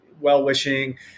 well-wishing